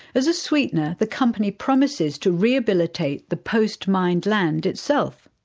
as a sweetener, the company promises to rehabilitate the post-mined land itself.